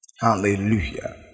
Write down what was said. Hallelujah